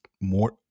more